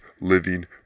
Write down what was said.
living